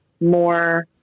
more